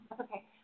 Okay